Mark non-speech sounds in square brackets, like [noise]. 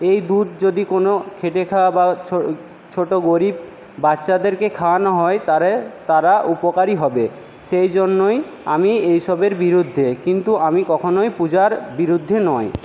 এই দুধ যদি কোনো খেটে খাওয়া বা ছোট গরীব বাচ্চাদেরকে খাওয়ানো হয় তারে [unintelligible] তারা উপকারি হবে সেই জন্যই আমি এইসবের বিরুদ্ধে কিন্তু আমি কখনোই পূজার বিরুদ্ধে নয়